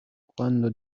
quando